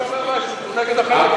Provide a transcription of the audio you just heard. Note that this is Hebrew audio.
מי שאומר משהו הוא נגד החרדים.